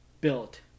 built